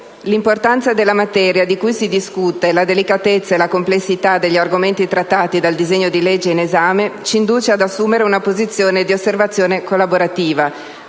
L'importanza della materia di cui si discute, la delicatezza e la complessità degli argomenti trattati dal disegno di legge in esame ci inducono ad assumere una posizione di osservazione collaborativa,